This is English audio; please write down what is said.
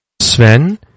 sven